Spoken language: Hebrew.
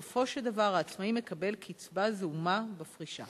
בסופו של דבר עצמאי מקבל קצבה זעומה בפרישה?